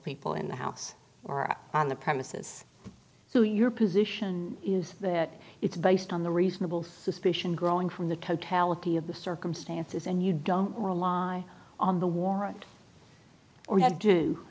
people in the house or on the premises so your position is that it's based on the reasonable suspicion growing from the totality of the circumstances and you don't rely on the warrant or had